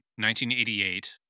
1988